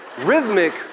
rhythmic